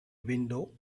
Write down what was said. window